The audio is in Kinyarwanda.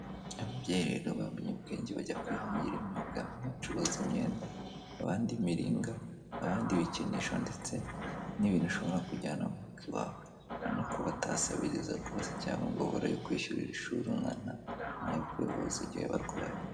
Ababyeyi rero bamenye ubwenge bajya kwihangira imyuga, umwe acuruza imyenda, abandi imiringa, abandi ibikinisho ndetse n'ibintu ushobora kujyana murugo iwawe. Urabona ko batasabiriza rwose cyangwa ngo babure kwishyurira ishuri umwana n'ayo kwivuza igihe barwaye.